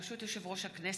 ברשות יושב-ראש הכנסת,